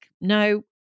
no